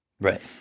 Right